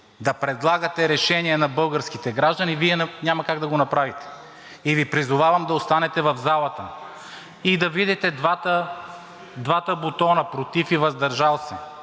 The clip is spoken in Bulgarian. да предлагате решение на българските граждани, Вие няма как да го направите. И Ви призовавам да останете в залата и да видите двата бутона – „против“ и „за“,